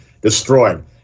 destroyed